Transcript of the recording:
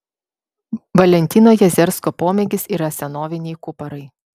valentino jazersko pomėgis yra senoviniai kuparai